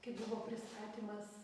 kai buvo pristatymas